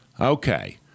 Okay